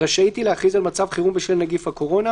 רשאית היא להכריז על מצב חירום בשל נגיף הקורונה.